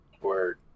Word